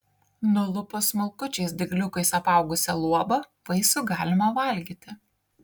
nulupus smulkučiais dygliukais apaugusią luobą vaisių galima valgyti